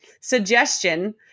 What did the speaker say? suggestion